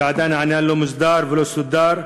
שעדיין העניין לא מוסדר ולא סודר.